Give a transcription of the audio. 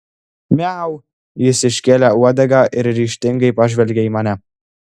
miau jis iškėlė uodegą ir ryžtingai pažvelgė į mane